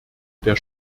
der